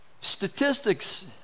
statistics